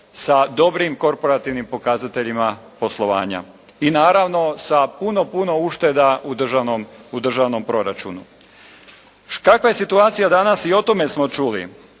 sa dobrim korporativnim pokazateljima poslovanja. I naravno sa puno, puno ušteda u državnom proračunu. Kakva je situacija danas i o tome smo čuli.